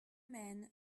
men